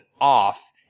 off